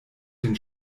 den